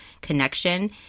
connection